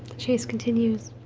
chase continues